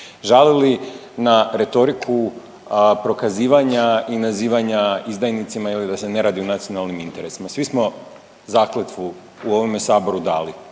žalili na retoriku prokazivanja i nazivanja izdajnicima ili da se ne radi u nacionalnim interesima. Svi smo zakletvu u ovome saboru dali